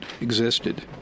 existed